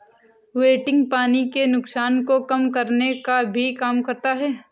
wilting पानी के नुकसान को कम करने का भी काम करता है